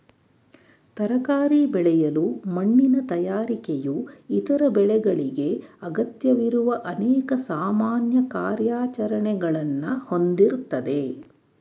ತರಕಾರಿ ಬೆಳೆಯಲು ಮಣ್ಣಿನ ತಯಾರಿಕೆಯು ಇತರ ಬೆಳೆಗಳಿಗೆ ಅಗತ್ಯವಿರುವ ಅನೇಕ ಸಾಮಾನ್ಯ ಕಾರ್ಯಾಚರಣೆಗಳನ್ನ ಹೊಂದಿರ್ತದೆ